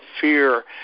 fear